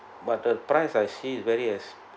but the price I see various